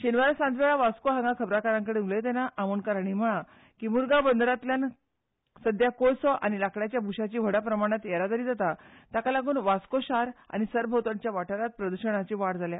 शेनवारा सांजवेळा वास्कोंत खबराकारां कडेन उलयतना आमोणकार हांणी म्हणलें की मुरगांव बंदरांतल्यान सध्या कोळसो आनी लांकडाच्या भूशाची व्हड प्रमाणांत येरादारी जाता ताका लागून वास्को शार आनी सरभोंवतणच्या वाठारांत प्रद्शणांत वाड जाल्या